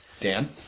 Dan